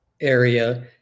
area